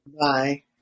Bye